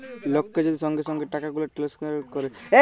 লককে যদি সঙ্গে সঙ্গে টাকাগুলা টেলেসফার ক্যরে